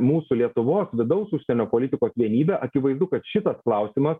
mūsų lietuvos vidaus užsienio politikos vienybę akivaizdu kad šitas klausimas